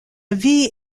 ville